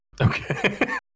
Okay